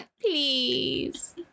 Please